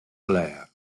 blair